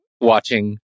watching